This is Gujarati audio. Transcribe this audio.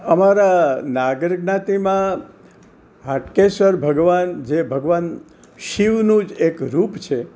અમારા નાગર જ્ઞાતિમાં હાટકેશ્વર ભગવાન જે ભગવાન શિવનું જ એક રૂપ છે